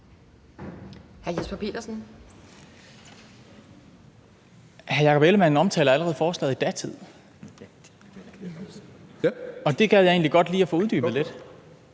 Jesper Petersen (S): Hr. Jakob Ellemann omtaler allerede forslaget i datid, og det gad jeg egentlig godt lige få uddybet lidt.